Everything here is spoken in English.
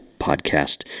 podcast